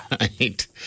right